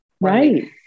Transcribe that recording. Right